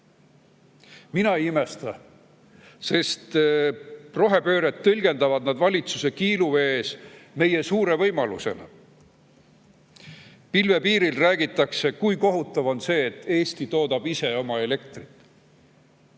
Mina ei imesta, sest rohepööret tõlgendavad nad valitsuse kiiluvees meie suure võimalusena. Pilvepiiril räägitakse, kui kohutav on see, et Eesti toodab ise oma elektrit.